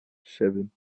seven